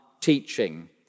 teaching